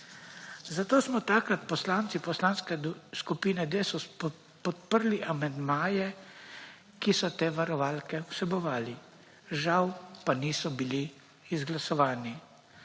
Zato smo takrat poslanci Poslanske skupine Desus podprli amandmaje, ki so te varovalke vsebovali. Žal pa niso bili izglasovani.